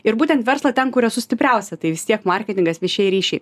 ir būtent verslą ten kur esu stipriausia tai vis tiek marketingas viešieji ryšiai